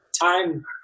time